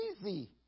Easy